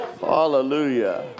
Hallelujah